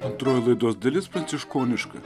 antroji laidos dalis pranciškoniška